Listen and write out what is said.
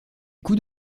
coups